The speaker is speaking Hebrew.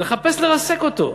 ולחפש לרסק אותו.